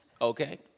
okay